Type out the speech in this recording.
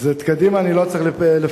את קדימה אני לא צריך לפרק,